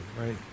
right